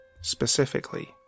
specifically